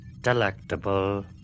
delectable